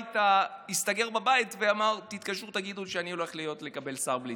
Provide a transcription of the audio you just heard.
הסתגר בבית ואמר: תתקשרו ותגידו שאני הולך לקבל שר בלי תיק.